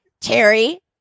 Terry